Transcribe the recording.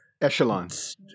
Echelons